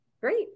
great